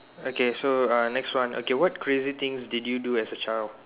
okay so uh next one okay what crazy things did you do as a child